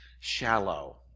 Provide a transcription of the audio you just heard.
shallow